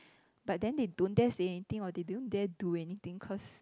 but then they don't dare say anything or they don't dare do anything cause